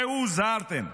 ראו הוזהרתם.